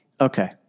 okay